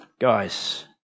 guys